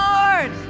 Lord